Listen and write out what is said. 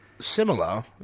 similar